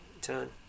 turn